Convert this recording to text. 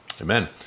amen